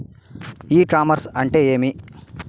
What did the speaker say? ఇ commerce అంటే ఏమి?